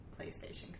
PlayStation